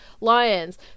lions